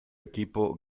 equipo